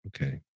Okay